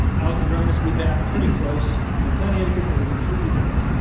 alexandrinus with that, pretty close, and sinaiticus has a completely different